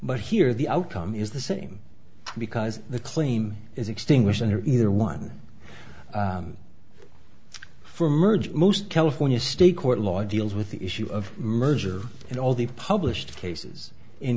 but here the outcome is the same because the claim is extinguished on either one for merge most california state court law deals with the issue of merger and all the published cases in